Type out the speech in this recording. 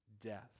death